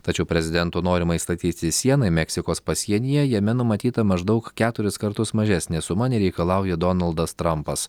tačiau prezidento norimai statyti sienai meksikos pasienyje jame numatyta maždaug keturis kartus mažesnė suma nei reikalauja donaldas trampas